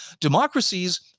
democracies